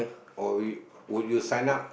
or will would you sign up